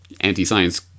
anti-science